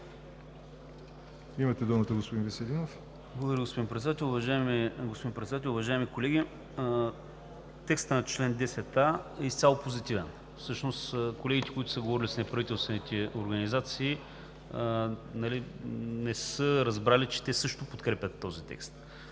Благодаря, господин Председател. Уважаеми господин Председател, уважаеми колеги! Текстът на чл. 10а е изцяло позитивен. Всъщност колегите, говорили с неправителствените организации, не са разбрали, че те също подкрепят този текст.